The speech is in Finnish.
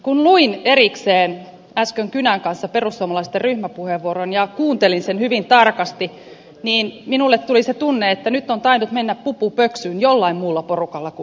kun luin erikseen äsken kynän kanssa perussuomalaisten ryhmäpuheenvuoron ja kuuntelin sen hyvin tarkasti minulle tuli tunne että nyt on tainnut mennä pupu pöksyyn jollain muulla porukalla kuin hallituksella